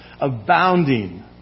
abounding